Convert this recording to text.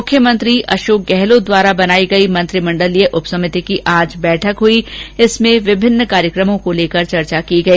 मुख्यमंत्री अशोक गहलोत द्वारा बनाई गई मंत्रिमंडलीय उपसमिति की आज बैठक हई जिसमें विभिन्न कार्यक्रमों को लेकर चर्चा की गई